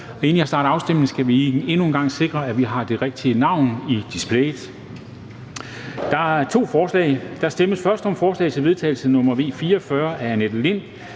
Og inden jeg starter afstemningen, skal man endnu en gang sikre, at der står det rigtige navn på displayet. Der stemmes først om forslag til vedtagelse nr. V 44 af Annette Lind